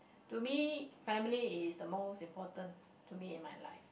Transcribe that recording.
to me family is the most important to me in my life